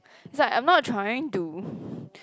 it's like I'm not trying to